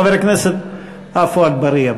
חבר הכנסת עפו אגבאריה,